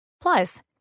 Plus